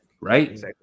right